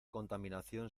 contaminación